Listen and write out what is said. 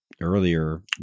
earlier